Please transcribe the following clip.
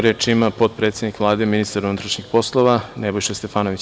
Reč ima potpredsednik Vlade, ministar unutrašnjih poslova Nebojša Stefanović.